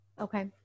Okay